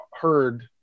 heard